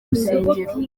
rusengero